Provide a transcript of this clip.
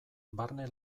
barne